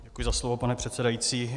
Děkuji za slovo, pane předsedající.